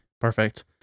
Perfect